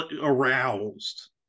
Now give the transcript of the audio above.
aroused